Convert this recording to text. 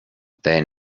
they